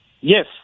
Yes